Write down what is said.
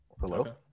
Hello